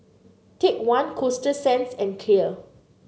Take One Coasta Sands and Clear